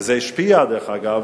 וזה השפיע, דרך אגב,